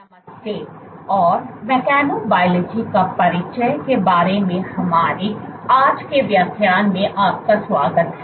नमस्ते और mechanobiology का परिचय के बारे में हमारी आज के व्याख्यान में आपका स्वागत है